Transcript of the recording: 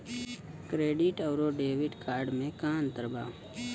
Credit अउरो debit card मे का अन्तर बा?